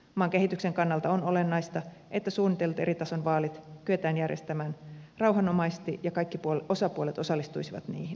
maan kehityksen kannalta on olennaista että suunnitellut eri tason vaalit kyetään järjestämään rauhanomaisesti ja kaikki osapuolet osallistuisivat niihin